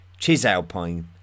Chisalpine